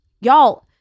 y'all